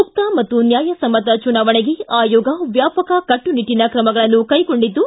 ಮುಕ್ತ ಮತ್ತು ನ್ಯಾಯಸಮ್ತ ಚುನಾವಣೆಗೆ ಆಯೋಗ ವ್ಯಾಪಕ ಕಟ್ಟುನಿಟ್ಟನ ತ್ರಮಗಳನ್ನು ಕೈಗೊಂಡಿದ್ದು